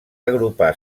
agrupar